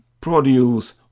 produce